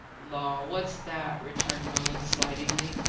law, what's that? returned roland, slightingly.